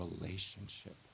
relationship